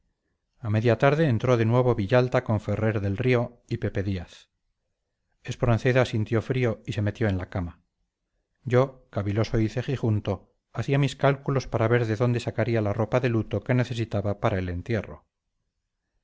a media tarde entró de nuevo villalta con ferrer del río y pepe díaz espronceda sintió frío y se metió en la cama yo caviloso y cejijunto hacía mis cálculos para ver de dónde sacaría la ropa de luto que necesitaba para el entierro